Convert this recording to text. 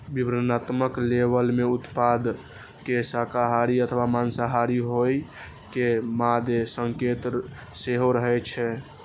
विवरणात्मक लेबल मे उत्पाद के शाकाहारी अथवा मांसाहारी होइ के मादे संकेत सेहो रहै छै